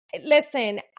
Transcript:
Listen